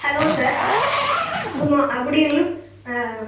hello sir good மா good evening